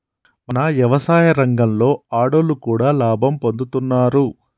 మన యవసాయ రంగంలో ఆడోళ్లు కూడా లాభం పొందుతున్నారు